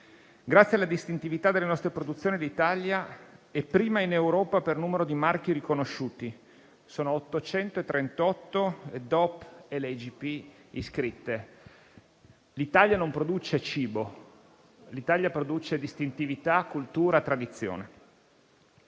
Grazie alla distintività della nostra produzione, l'Italia è prima in Europa per numero di marchi riconosciuti: sono 838 le DOP e le IGP iscritte. L'Italia non produce cibo: l'Italia produce distintività, cultura e tradizione.